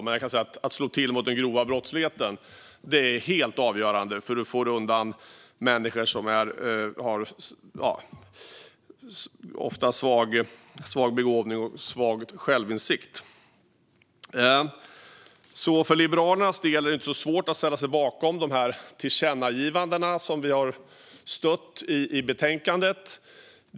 Men att slå till mot den grova brottsligheten är helt avgörande, för då får man undan människor som ofta har svag begåvning och svag självinsikt. För Liberalernas del är det alltså inte så svårt att ställa sig bakom och stödja tillkännagivandena i betänkandet.